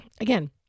Again